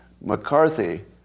McCarthy